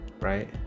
right